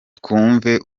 twumve